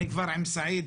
עם סעיד,